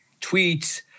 tweets